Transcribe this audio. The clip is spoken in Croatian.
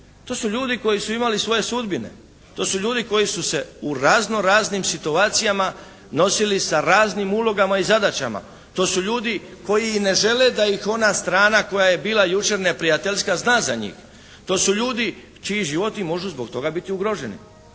To su ljudi koji su imali svoje sudbine, to su ljudi koji su se u raznoraznim situacijama nosili sa raznim ulogama i zadaćama. To su ljudi koji i ne žele da ih ona strana koja je bila jučer neprijateljska zna za njih. To su ljudi čiji životi mogu zbog toga biti ugroženi.